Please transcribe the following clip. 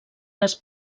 les